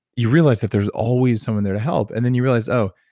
you realize that there's always someone there to help, and then you realize, oh,